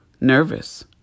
nervous